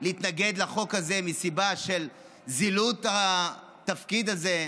להתנגד לחוק הזה מסיבה של זילות התפקיד הזה,